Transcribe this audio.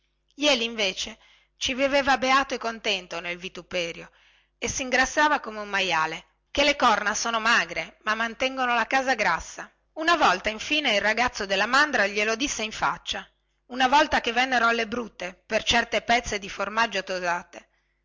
jeli invece ci viveva beato e contento nel vituperio e singrassava come un majale chè le corna sono magre ma mantengono la casa grassa una volta infine il ragazzo della mandra glielo disse in faccia mentre si abbaruffavano per le pezze di formaggio